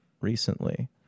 recently